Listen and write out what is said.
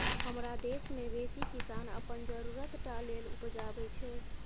हमरा देश मे बेसी किसान अपन जरुरत टा लेल उपजाबै छै